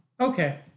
Okay